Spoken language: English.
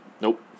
Nope